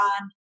on